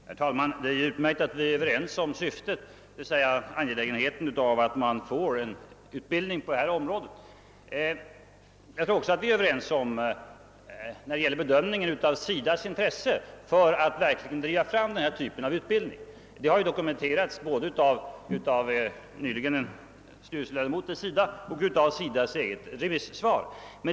Herr talman! Det är utmärkt att vi är överens om syftet d.v.s. angelägenheten av att man får fram den här utbildningen. Jag tror också att vi är överens när det gäller bedömningen av SIDA:s intresse för denna typ av utbildning, dokumenterad både av styrelseledamoten i SIDA herr Rimmerfors och av SIDA:s remissvar.